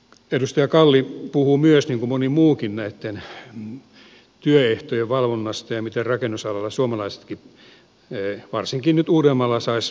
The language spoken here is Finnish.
edustaja kalli puhui myös niin kuin moni muukin työehtojen valvonnasta ja siitä miten rakennusalalla suomalaisetkin varsinkin nyt uudellamaalla pääsisivät töihin